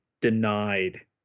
denied